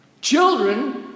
children